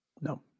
No